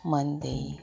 Monday